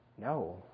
no